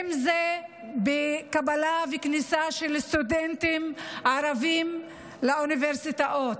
אם זה בקבלה וכניסה של סטודנטים ערבים לאוניברסיטאות,